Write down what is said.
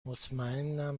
مطمیئنم